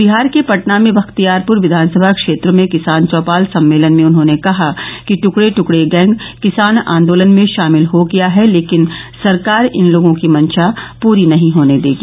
बिहार के पटना में बख्तियारपुर विद्यानसभा क्षेत्र में किसान चौपाल सम्मेलन में उन्होंने कहा कि ट्कड़े ट्कड़े गैंग किसान आंदोलन में शामिल हो गया है लेकिन सरकार इन लोगों की मंशा पूरी नहीं होने देगी